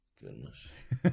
goodness